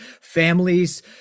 families